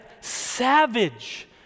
Savage